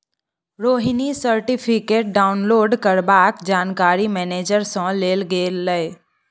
Rohini certificate download करबाक जानकारी manager सँ लेल गेलै